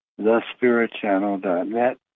Thespiritchannel.net